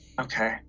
Okay